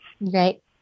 Right